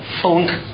funk